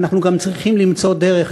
ואנחנו גם צריכים למצוא דרך,